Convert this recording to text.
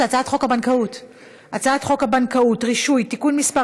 זו הצעת חוק הבנקאות (רישוי) (תיקון מס'